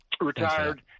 retired